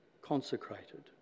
consecrated